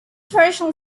traditional